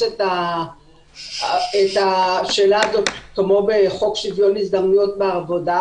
את השאלה הזאת כמו בחוק שוויון הזדמנויות בעבודה,